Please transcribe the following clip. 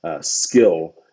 skill